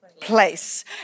place